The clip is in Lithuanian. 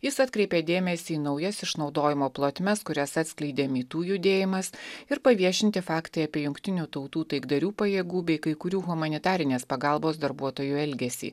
jis atkreipė dėmesį į naujas išnaudojimo plotmes kurias atskleidė my tu judėjimas ir paviešinti faktai apie jungtinių tautų taikdarių pajėgų bei kai kurių humanitarinės pagalbos darbuotojų elgesį